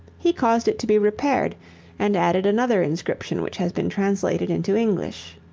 he caused it to be repaired and added another inscription which has been translated into english